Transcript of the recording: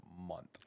month